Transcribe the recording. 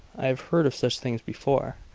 i have heard of such things before.